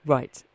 Right